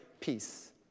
peace